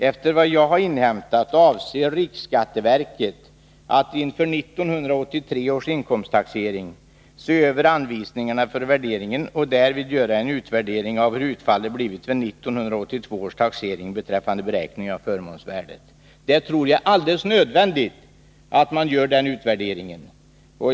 Efter vad jag har inhämtat, avser riksskatteverket att inför 1983 års inkomsttaxering se över anvisningarna för värderingen och därvid göra en utvärdering av hur utfallet blivit vid 1982 års taxering beträffande beräkningen av förmånsvärdet.” Jag tror att det är alldeles nödvändigt att man gör den utvärderingen.